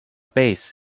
bass